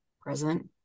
present